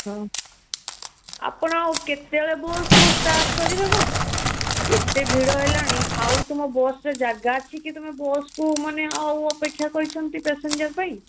ହଁ ଆପଣ ଆଉ କେତେବେଳେ ବସ୍କୁ ଷ୍ଟାର୍ଟ କରିବ ଏତେ ଭିଡ଼ ହେଲାଣି ଆଉ ତୁମ ବସ୍ରେ ଜାଗା ଅଛି କି ତୁମେ ବସ୍କୁ ମାନେ ଆଉ ଅପେକ୍ଷା କରିଛନ୍ତି ପ୍ୟାସେଞ୍ଜର ପାଇଁ